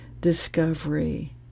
discovery